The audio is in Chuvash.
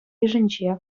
йышӗнче